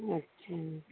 अच्छा